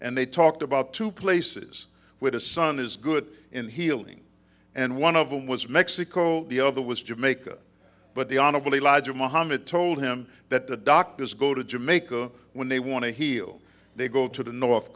and they talked about two places where the son is good in healing and one of them was mexico the other was jamaica but the honorable elijah muhammad told him that the doctors go to jamaica when they want to heal they go to the north